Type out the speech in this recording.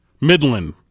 Midland